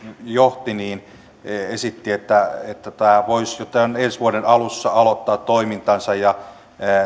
johti esitti että tämä voisi jo ensi vuoden alussa aloittaa toimintansa ja